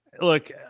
Look